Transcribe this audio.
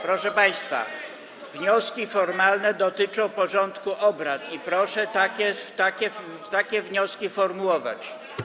Proszę państwa, wnioski formalne dotyczą porządku obrad i proszę takie wnioski formułować.